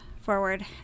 forward